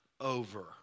over